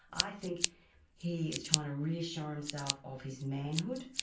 i think he is trying to reassure himself of his manhood,